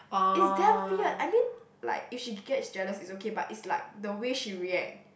it's damn weird I mean like if she gets jealous it's okay but it's like the way she react